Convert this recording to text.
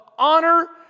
honor